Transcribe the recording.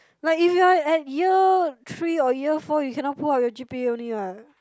like if you are year three or year four you cannot pull up your g_p_a only what